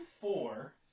four